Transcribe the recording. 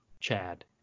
chad